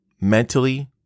mentally